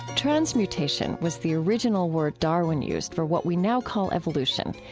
transmutation was the original word darwin used for what we now call evolution.